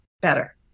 better